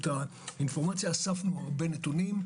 אספנו הרבה נתונים.